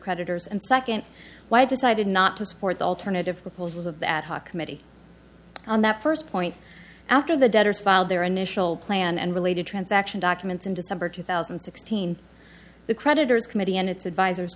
creditors and second why decided not to support the alternative proposals of the ad hoc committee on that first point after the debtors filed their initial plan and related transaction documents in december two thousand and sixteen the creditors committee and its advisors